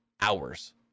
hours